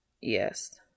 Yes